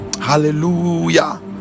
Hallelujah